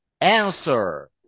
answer